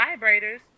vibrators